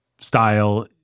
style